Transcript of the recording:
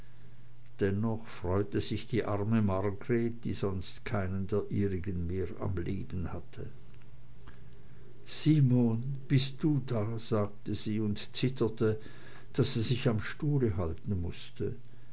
dennoch freute sich die arme margreth die sonst keinen der ihrigen mehr am leben hatte simon bist du da sagte sie und zitterte daß sie sich am stuhle halten mußte